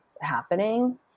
happening